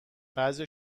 بعضیا